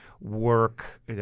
Work